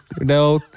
no